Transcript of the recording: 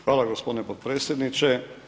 Hvala gospodine potpredsjedniče.